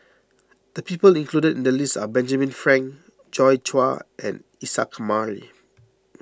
the people included in the list are Benjamin Frank Joi Chua and Isa Kamari